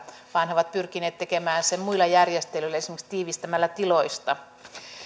vaan he ovat pyrkineet tekemään sen muilla järjestelyillä esimerkiksi tiivistämällä tiloista